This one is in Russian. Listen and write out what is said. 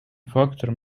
фактором